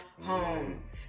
home